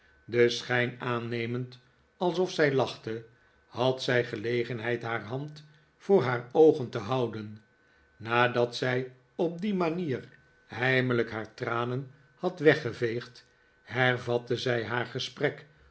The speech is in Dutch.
den schijn aannemend alsof zij lachte had zij gelegenheid haar hand voor haar oogen te houden nadat zij op die manier heimelijk haar tranen had weggeveegd hervatte zij haar gesprek